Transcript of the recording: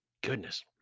goodness